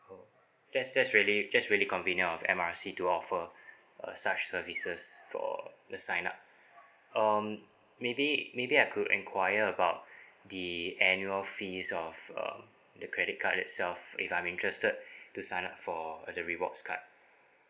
oh that's that's really that's really convenient of M R C to offer uh such services for the sign up um maybe maybe I could inquire about the annual fees of um the credit card itself if I'm interested to sign up for uh the rewards card